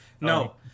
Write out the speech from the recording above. No